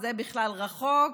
זה בכלל רחוק,